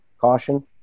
caution